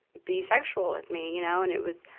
be sexual with me, you know. and it was,